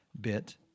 bit